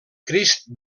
crist